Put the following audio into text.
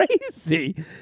crazy